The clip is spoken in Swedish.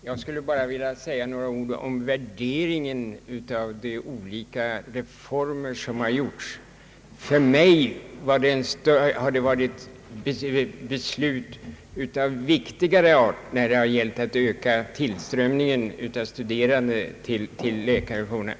Herr talman! Jag vill bara säga några ord om värderingen av de olika reformer som har genomförts. För mig var det ett viktigare beslut när vi bestämde oss för att öka tillströmningen av studerande till medicinsk utbildning.